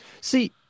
See